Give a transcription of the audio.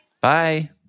Bye